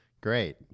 Great